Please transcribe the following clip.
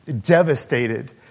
Devastated